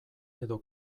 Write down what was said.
edo